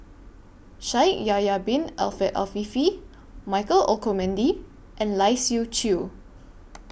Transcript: Shaikh Yahya Bin Ahmed Afifi Michael Olcomendy and Lai Siu Chiu